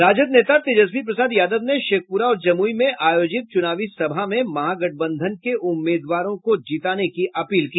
राजद नेता तेजस्वी प्रसाद यादव ने शेखपुरा और जमुई में आयोजित चुनावी सभा में महागठबंधन के उम्मीदवारों को जीताने की अपील की